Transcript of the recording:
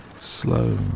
slow